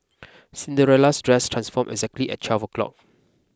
Cinderella's dress transformed exactly at twelve o' clock